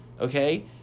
Okay